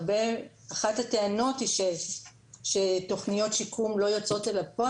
אחת הטענות היא שתוכניות שיקום לא יוצאות אל הפועל.